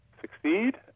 succeed